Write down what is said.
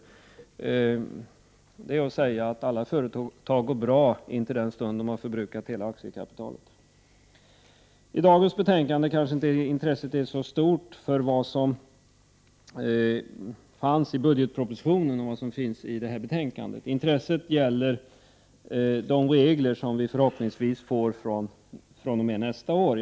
Det är detsamma som att säga att alla företag går bra tills de har förbrukat hela aktiekapitalet. I dagens debatt kanske intresset inte är så stort för vad som fanns i budgetpropositionen och vad som finns i detta betänkande. Intresset gäller de regler som vi förhoppningsvis får fr.o.m. nästa år.